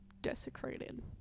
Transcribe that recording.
desecrated